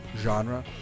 genre